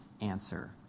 answer